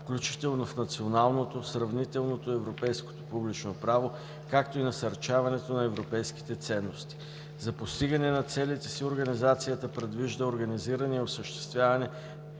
включително в националното, сравнителното и европейското публично право, както и насърчаването на европейските ценности. За постигане на целите си Организацията предвижда организиране и осъществяване